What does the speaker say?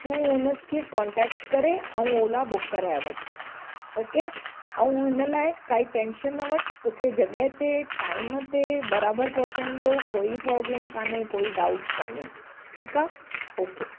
तूं हुन खे कॉन्टैक्ट करे ऐं ओला बुक कराए वठु ओके ऐं हिन लाइ काई टेंशन न वठु तोखे जॻह ते टाइम ते बराबरि पहुचाईंदो कोई प्रॉब्लम कोन्हे कोई डाउट कोन्हे ठीकु आहे ओके